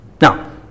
Now